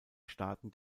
staaten